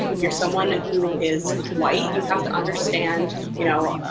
if you're someone who is white, you have to understand you know